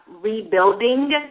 rebuilding